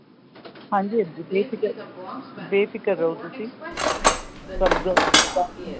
ਹਾਂਜੀ ਹਾਂਜੀ ਬੇਫਿਕਰ ਬੇਫਿਕਰ ਰਹੋ ਤੁਸੀਂ ਤੁਹਾਨੂੰ